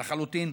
שונים לחלוטין.